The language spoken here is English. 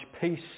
peace